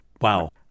Wow